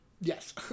Yes